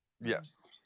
yes